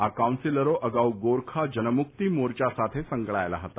આ કાઉન્સીલરો અગાઉ ગોરખા જનમ્મક્તિ મોરચા સાથે સંકળાયેલા હતા